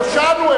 נושענו.